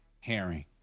Herring